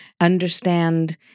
Understand